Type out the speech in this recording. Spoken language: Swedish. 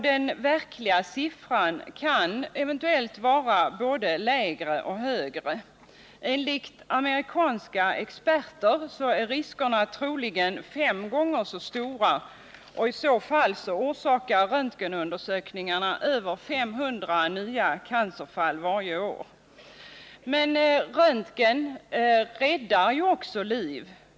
Den verkliga siffran kan vara både lägre och högre. Enligt amerikanska experter är risken att man skall få cancer troligen fem gånger så stor. I så fall orsakar röntgenundersökningarna över 500 nya cancerfall varje år. Men genom röntgen kan man också rädda liv.